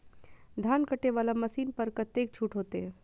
धान कटे वाला मशीन पर कतेक छूट होते?